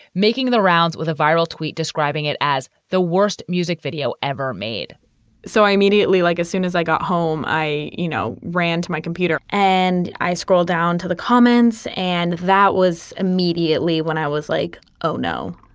making the rounds with a viral tweet, describing it as the worst music video ever made so i immediately, like as soon as i got home, i, you know, ran to my computer and i scroll down to the comments. and that was immediately when i was like, oh, no.